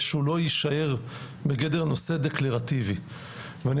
שהוא לא יישאר בגדר נושא דקלרטיבי ואני